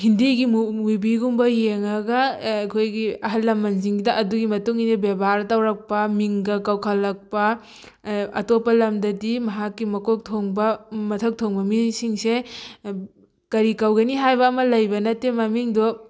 ꯍꯤꯟꯗꯤꯒꯤ ꯃꯨꯚꯤꯒꯨꯝꯕ ꯌꯦꯡꯉꯒ ꯑꯩꯈꯣꯏꯒꯤ ꯑꯍꯜ ꯂꯃꯟꯁꯤꯡꯁꯤꯗ ꯑꯗꯨꯒꯤ ꯃꯇꯨꯡꯏꯟꯅ ꯕꯦꯕꯥꯔ ꯇꯧꯔꯛꯄ ꯃꯤꯡꯒ ꯀꯧꯈꯠꯂꯛꯄ ꯑꯇꯣꯞꯞ ꯂꯝꯗꯗꯤ ꯃꯍꯥꯛꯀꯤ ꯃꯀꯣꯛ ꯊꯣꯡꯕ ꯃꯊꯛ ꯊꯣꯡꯕ ꯃꯤꯁꯤꯡꯁꯦ ꯀꯔꯤ ꯀꯧꯒꯅꯤ ꯍꯥꯏꯕ ꯑꯃ ꯂꯩꯕ ꯅꯠꯇꯦ ꯃꯃꯤꯡꯗꯣ